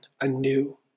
anew